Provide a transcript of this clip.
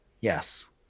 yes